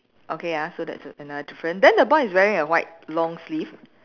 okay ah so that's a~ another difference then the boy is wearing a white long sleeve